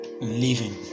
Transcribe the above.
living